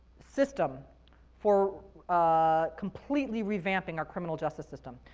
system for ah completely revamping our criminal justice system.